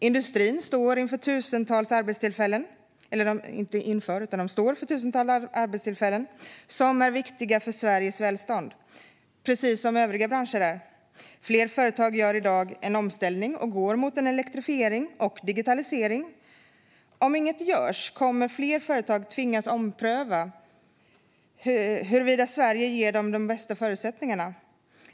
Industrin står för tusentals arbetstillfällen som är viktiga för Sveriges välstånd, precis som övriga branscher är. Fler företag gör i dag en omställning och går mot en elektrifiering och digitalisering. Om inget görs kommer fler företag att tvingas ompröva huruvida Sverige ger dem de bästa förutsättningarna.